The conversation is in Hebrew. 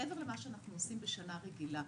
מעבר למה שאנחנו עושים בשנה רגילה.